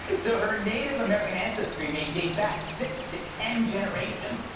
but so her native american ancestry may date back six to ten generations.